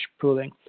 pooling